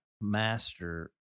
Master